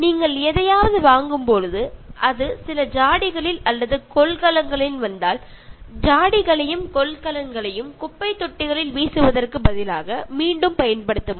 നിങ്ങൾ എന്തെങ്കിലും സാധനങ്ങൾ വാങ്ങുമ്പോൾ അത് ജാറങ്ങളിലോ കണ്ടെയ്നറുകളിലോ ആണ് വാങ്ങുന്നതെങ്കിൽ അതിനെ വീണ്ടും ഉപയോഗിക്കുക അത് പുരയിടത്തിൽ വലിച്ചെറിയാതെ ഇരിക്കുക